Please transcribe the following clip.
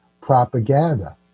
propaganda